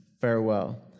Farewell